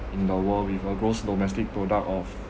in the world with a gross domestic product of